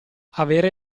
avere